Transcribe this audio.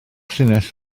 llinell